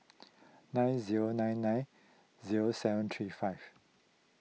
nine zero nine nine zero seven three five